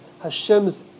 Hashem's